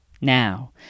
Now